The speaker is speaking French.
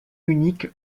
unique